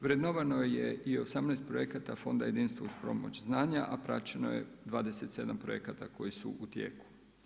Vrednovano je i 18 projekata Fonda jedinstvo uz pomoć znanja, a praćeno je 27 projekata koji su u tijeku.